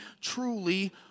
truly